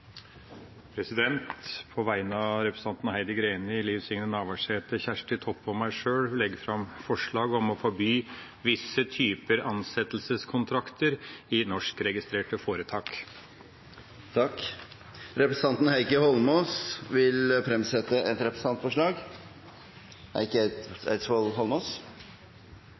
representantforslag. På vegne av representantene Heidi Greni, Liv Signe Navarsete, Kjersti Toppe og meg sjøl vil jeg legge fram forslag om å forby visse typer ansettelseskontrakter i norskregistrerte foretak. Representanten Heikki Eidsvoll Holmås vil fremsette et representantforslag.